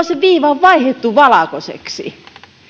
se viiva on vaihdettu valkoiseksi